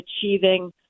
achieving